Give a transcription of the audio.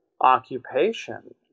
occupation